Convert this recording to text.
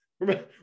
Remember